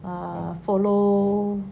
err follow